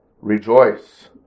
rejoice